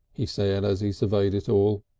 he said as he surveyed it all.